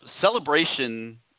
celebration